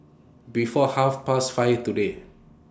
before Half Past five today